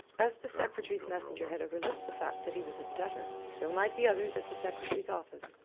as the secretary's messenger had overlooked the fact that he was a debtor, so might the others at the secretary's office,